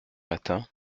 matin